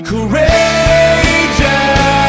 Courageous